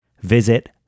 visit